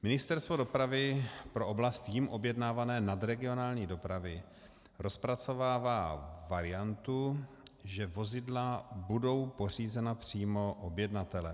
Ministerstvo dopravy pro oblast jím objednávané nadregionální dopravy rozpracovává variantu, že vozidla budou pořízena přímo objednatelem.